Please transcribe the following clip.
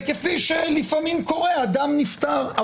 וכפי שלפעמים קורה, האדם נפטר.